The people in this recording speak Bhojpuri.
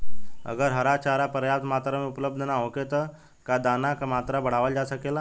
अगर हरा चारा पर्याप्त मात्रा में उपलब्ध ना होखे त का दाना क मात्रा बढ़ावल जा सकेला?